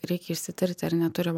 reikia išsitirti ar neturim